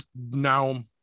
now